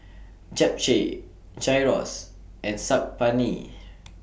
Japchae Gyros and Saag Paneer